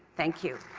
thank you.